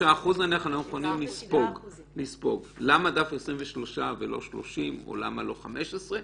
23%. למה דווקא 23% ולא 30% או לא 15%?